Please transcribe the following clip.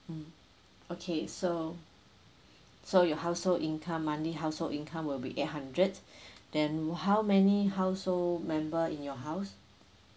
mm okay so so your household income monthly household income will be eight hundred then how many household member in your house